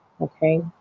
Okay